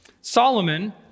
Solomon